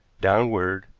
downward,